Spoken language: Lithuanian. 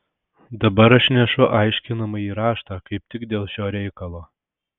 dabar aš nešu aiškinamąjį raštą kaip tik dėl šio reikalo